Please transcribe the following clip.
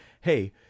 hey